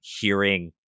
hearing